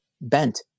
bent